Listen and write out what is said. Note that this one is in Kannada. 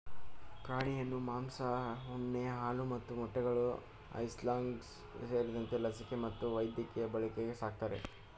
ಪ್ರಾಣಿಯನ್ನು ಮಾಂಸ ಉಣ್ಣೆ ಹಾಲು ಮತ್ತು ಮೊಟ್ಟೆಗಳು ಐಸಿಂಗ್ಲಾಸ್ ಸೇರಿದಂತೆ ಲಸಿಕೆ ಮತ್ತು ವೈದ್ಯಕೀಯ ಬಳಕೆಗೆ ಸಾಕ್ತರೆ